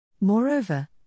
Moreover